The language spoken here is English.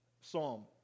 psalm